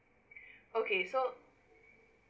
okay so